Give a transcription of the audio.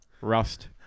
rust